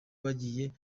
bagiye